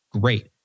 great